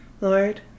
Lord